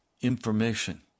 information